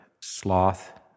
sloth